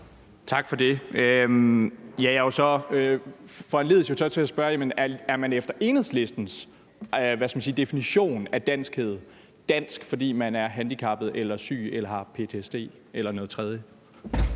Tak for det. Jeg foranlediges jo så til at spørge: Er man efter Enhedslistens definition af danskhed dansk, fordi man er handicappet, er syg, har ptsd eller noget andet?